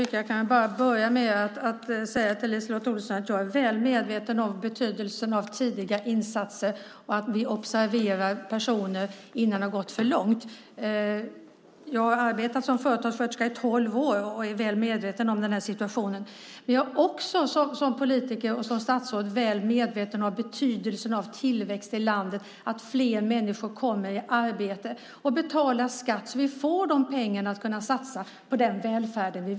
Herr talman! Jag kan börja med att säga till LiseLotte Olsson att jag är väl medveten om betydelsen av tidiga insatser och av att vi observerar personer innan det har gått för långt. Jag har arbetat som företagssköterska i tolv år och är väl medveten om situationen. Men jag är också som politiker och statsråd väl medveten om betydelsen av tillväxten i landet och av att fler människor kommer i arbete och betalar skatt så att vi får de pengar som vi behöver för att satsa på den välfärd vi vill.